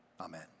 Amen